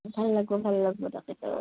ভাল লাগিব ভাল লাগিব তাকেটো